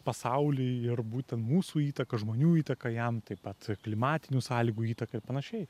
pasaulį ir būtent mūsų įtaką žmonių įtaką jam taip pat klimatinių sąlygų įtaką ir panašiai